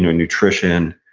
nutrition,